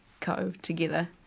co-together